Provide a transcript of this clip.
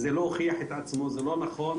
זה לא הוכיח את עצמו, זה לא נכון.